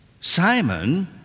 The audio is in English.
Simon